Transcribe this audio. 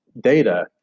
data